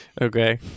Okay